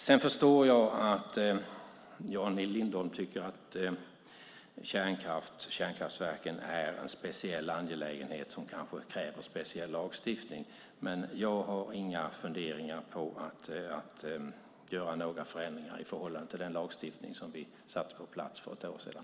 Sedan förstår jag att Jan Lindholm tycker att kärnkraftverken är en speciell angelägenhet som kanske kräver speciell lagstiftning, men jag har inga funderingar på att göra några förändringar i förhållande till den lagstiftning vi fick på plats för ett år sedan.